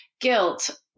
guilt